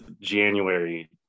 January